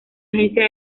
agencia